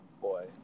boy